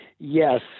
Yes